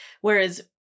whereas